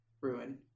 ruin